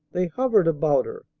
they hovered about her,